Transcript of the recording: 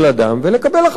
ולקבל החלטות,